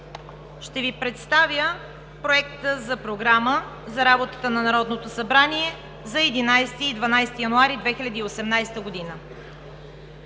Ще Ви представя Проекта за програма за работата на Народното събрание за 11 и 12 януари 2018 г.